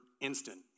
instant